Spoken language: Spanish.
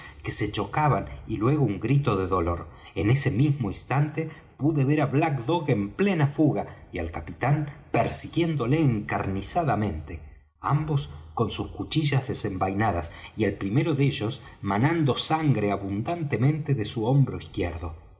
que se chocaban y luego un grito de dolor en ese mismo instante pude ver á black dog en plena fuga y al capitán persiguiéndole encarnizadamente ambos con sus cuchillas desenvainadas y el primero de ellos manando sangre abundantemente de su hombro izquierdo